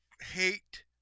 hate